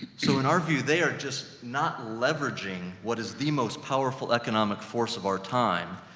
so in our view, they are just not leveraging what is the most powerful economic force of our time,